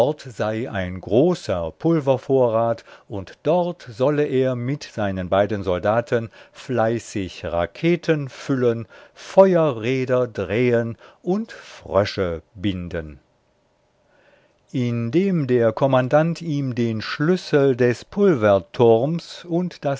sei ein großer pulvervorrat und dort solle er mit seinen beiden soldaten fleißig raketen füllen feuerräder drehen und frösche binden indem der kommandant ihm den schlüssel des pulverturms und